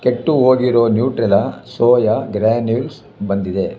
ಕೆಟ್ಟು ಹೋಗಿರೊ Nutrela soya granules ಬಂದಿದೆ